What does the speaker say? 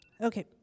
Okay